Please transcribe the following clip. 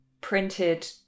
printed